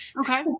Okay